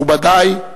מכובדי,